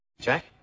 Jack